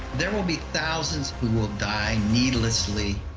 there will be thousands who will die needlessly,